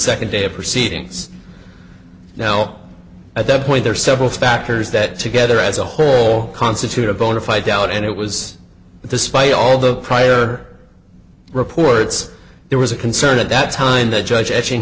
second day of proceedings you know at that point there are several factors that together as a whole constitute a bonafide doubt and it was despite all the prior reports there was a concern at that time that judg